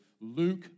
Luke